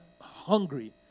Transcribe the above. hungry